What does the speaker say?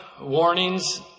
warnings